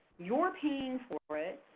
you're paying for it.